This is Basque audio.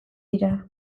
dira